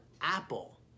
apple